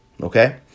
okay